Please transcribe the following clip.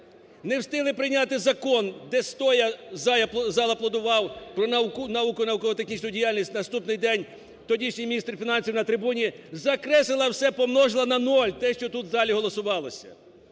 не встигли прийняти закон, де, стоячи, зал аплодував, "Про науку і науково-технічну діяльність", на наступний день тодішній міністр фінансів на трибуні закреслила все, помножила на нуль, те, що тут в залі голосувалося.